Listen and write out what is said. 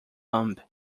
lamb